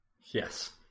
Yes